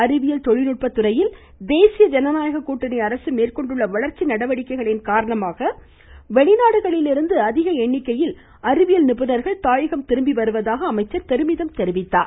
அறிவியல் தொழில்நுட்பத் துறையில் தேசிய ஜனநாயக கூட்டணி அரசு மேற்கொண்டுள்ள வளர்ச்சி நடவடிக்கைகளின் காரணமாக வெளிநாடுகளிலிருந்து அதிக எண்ணிக்கையில் அறிவியல் நிபுணர்கள் தாயகம் திரும்பி வருவதாக அமைச்சர் பெருமிதம் தெரிவித்தார்